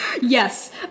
Yes